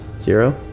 Zero